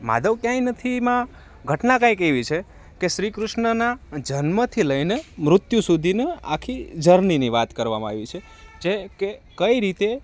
માધવ ક્યાંય નથીમાં ઘટના કંઈક એવી છે કે શ્રીકૃષ્ણના જન્મથી લઈને મૃત્યુ સુધીના આખી જર્નીની વાત કરવામાં આવી છે જે કે કઈ રીતે